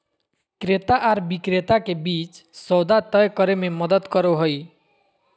क्रेता आर विक्रेता के बीच सौदा तय करे में मदद करो हइ